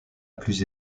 plus